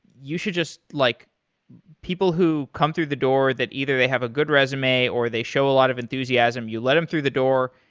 you should just like people people who come through the door that either they have a good resume or they show a lot of enthusiasm, you let them through the door,